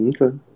Okay